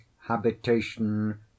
habitation